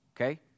okay